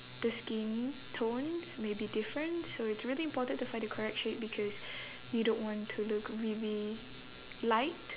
the skin tones may be different so it's really important to find the correct shade because you don't want to look really light